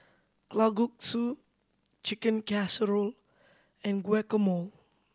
Kalguksu Chicken Casserole and Guacamole